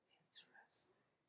interesting